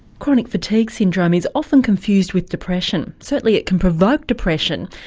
chronic fatigue syndrome is often confused with depression, certainly it can provoke depression,